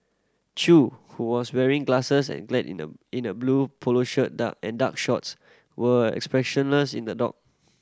Chew who was wearing glasses and clad in a in a blue polo shirt and dark shorts were expressionless in the dock